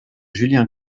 julien